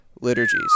liturgy